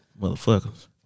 motherfuckers